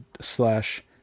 slash